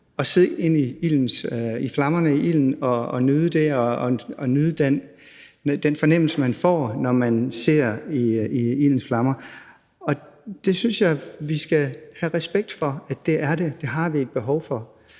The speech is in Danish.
at se ind i ildens flammer og nyde det og nyde den fornemmelse, man får, når man ser ind i flammerne. Det synes jeg vi skal have respekt for; det har vi et behov for